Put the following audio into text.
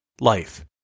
Life